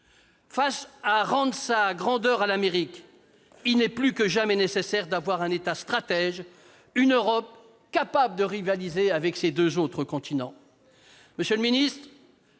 au « Rendre sa grandeur à l'Amérique », il est plus que jamais nécessaire d'avoir un État stratège et une Europe capable de rivaliser avec ces deux continents.